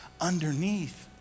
underneath